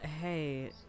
hey